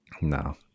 No